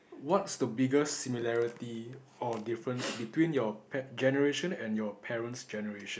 what's the biggest similarity or difference between your pa~ generation and your parent's generation